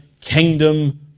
kingdom